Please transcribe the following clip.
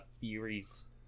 theories